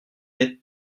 n’êtes